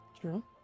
true